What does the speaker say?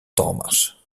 thomas